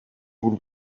would